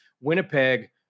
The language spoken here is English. Winnipeg